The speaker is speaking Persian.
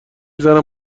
زنم